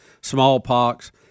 smallpox